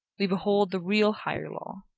we behold the real higher law.